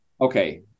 Okay